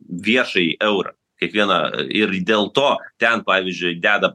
viešai eurą kiekvieną ir dėl to ten pavyzdžiui deda